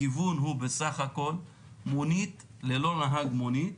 הכיוון הוא בסך הכל מונית ללא נהג מונית,